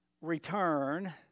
Return